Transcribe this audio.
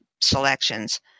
selections